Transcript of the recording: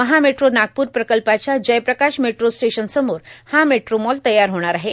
महा metro Nagpur प्रकल्पाच्या Jay Prakash metro station समोर हा मेट्रो मॉल तयार होणार आहे